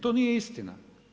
To nije istina.